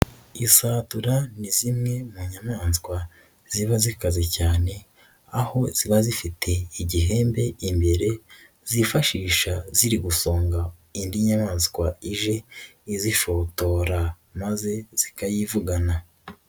Isatura ni zimwe mu nyamaswa ziba zikaze cyane, aho ziba zifite igihembe imbere, zifashisha ziri gufunga indi nyamaswa ije izifotora maze zikayivugana.